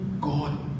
God